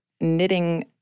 knitting